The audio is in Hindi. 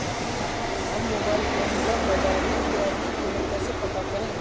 हम मोबाइल फोन पर बाज़ार में प्याज़ की कीमत कैसे पता करें?